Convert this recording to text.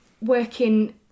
working